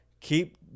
keep